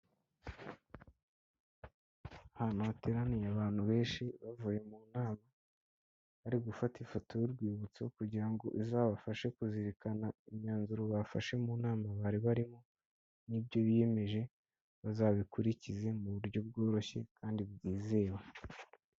Ahantu hateraniye abantu benshi bavuye mu nama, bari gufata ifoto y'urwibutso kugira ngo izabafashe kuzirikana imyanzuro bafashe mu nama bari barimo n'ibyo biyemeje bazabikurikize mu buryo bworoshye kandi bwizewe.